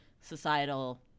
societal